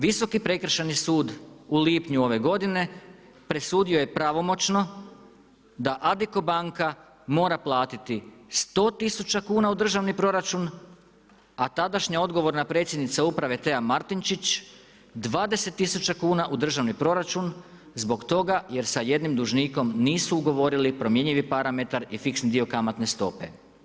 Visoki prekršajni sud u lipnju ove godine presudio je pravomoćno da Adico banka mora platiti 100 000 kuna u državni proračun a tadašnja odgovorna predsjednica uprave Tea Martinčić 20 000 kuna u državni proračun zbog toga jer sa jednim dužnikom nisu ugovorili promjenjivi parametar i fiksni dio kamatne stope.